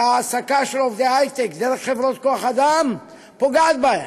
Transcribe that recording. וההעסקה של עובדי הייטק דרך עובדי חברות כוח אדם פוגעת בהם.